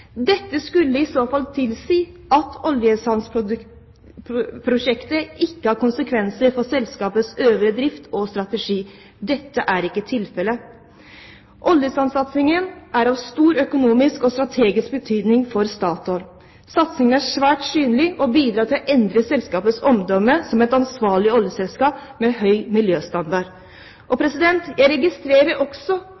Dette skulle i så fall tilsi at oljesandprosjektet ikke har konsekvenser for selskapets øvrige drift og strategi. Dette er ikke tilfellet. Oljesandsatsingen er av stor økonomisk og strategisk betydning for Statoil. Satsingen er svært synlig og bidrar til å endre selskapets omdømme som et ansvarlig oljeselskap med høy miljøstandard.